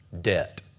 debt